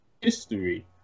history